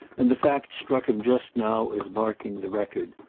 and the fact struck him just now as marking the record.